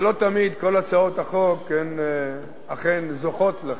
ולא תמיד כל הצעות החוק אכן זוכות לחקיקה.